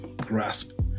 grasp